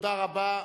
תודה רבה.